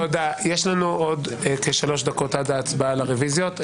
יש לנו עוד כשלוש דקות עד ההצבעה על הרביזיות.